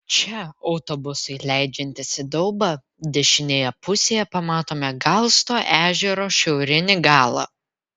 čia autobusui leidžiantis į daubą dešinėje pusėje pamatome galsto ežero šiaurinį galą